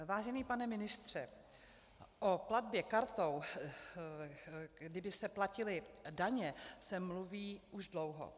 Vážený pane ministře, o platbě kartou, kdy by se platily daně, se mluví už dlouho.